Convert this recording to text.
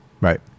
Right